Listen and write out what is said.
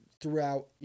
throughout